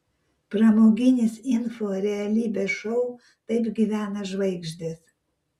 pramoginis info realybės šou taip gyvena žvaigždės